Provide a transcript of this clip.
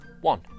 One